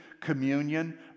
communion